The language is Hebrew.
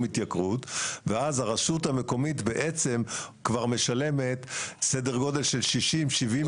התייקרות ,ואז הרשות המקומית בעצם כבר משלמת סדר גודל של -70%-60%.